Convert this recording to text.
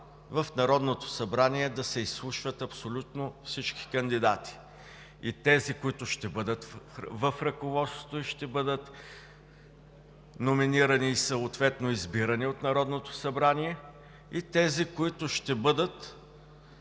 в Народното събрание да се изслушват абсолютно всички кандидати: и тези, които ще бъдат в ръководството и ще бъдат номинирани, и съответно избирани от Народното събрание, и тези, които ще бъдат